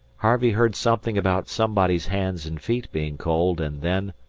harvey heard something about somebody's hands and feet being cold, and then